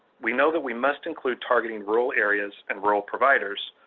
we know that we must include targeting rural areas and rural providers,